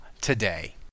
today